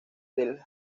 del